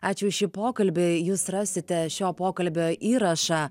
ačiū šį pokalbį jūs rasite šio pokalbio įrašą